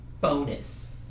bonus